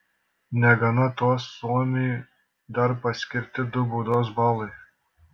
negana to suomiui dar paskirti du baudos balai